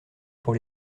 pour